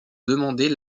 demander